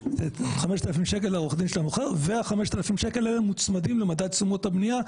5,000 השקל האלה מוצמדים למדד תשומות הבנייה,